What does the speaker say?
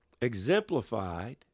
exemplified